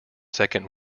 second